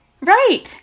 Right